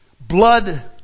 Blood